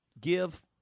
give